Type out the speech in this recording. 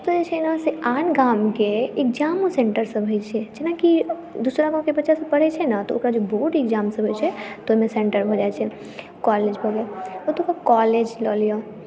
ओतय जे छै ने आन गामके एक्जा मो सेंटर सभ होइ छै जेनाकि दू चारि गांवके बच्चासभ पढ़ै छै ने तऽ ओकर जे बोर्ड एक्जाम सभ होइ छै तऽ ओहिमे सेंटर भऽ जाइ छै कॉलेज भेलै ओतुका कॉलेज लऽ लिअ